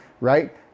right